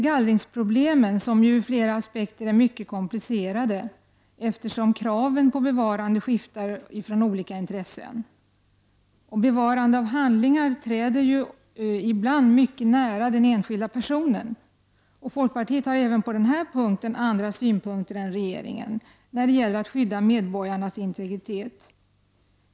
Gallringsproblemen är ur flera aspekter mycket komplicerade, eftersom kraven på bevarande skiftar utifrån olika intressen. Bevarande av handlingar träder ibland mycket nära den enskilde personen. Folkpartiet har även på denna punkt andra synpunkter än regeringen när det gäller att skydda medborgarnas integritet.